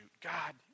God